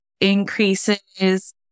increases